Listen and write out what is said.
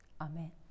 amen